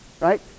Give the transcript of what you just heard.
right